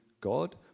God